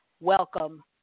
welcome